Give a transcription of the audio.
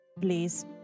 please